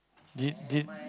did did